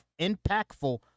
impactful